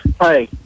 Hi